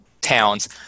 towns